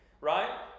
Right